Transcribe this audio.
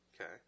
Okay